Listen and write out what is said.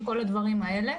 וכל הדברים האלה.